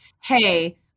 hey